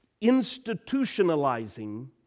institutionalizing